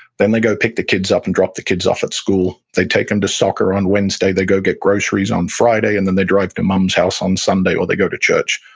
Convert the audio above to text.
then they go pick the kids up and drop the kids off at school. they take them to soccer on wednesday. they go get groceries on friday. and then they drive to mom's house on sunday, or they go to church.